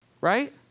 right